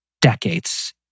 decades